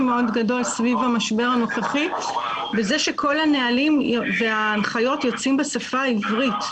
גדול מאוד סביב המשבר הנוכחי בכך שכל הנהלים וההנחיות יוצאים בשפה העברית.